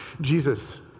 Jesus